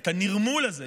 את הנרמול הזה,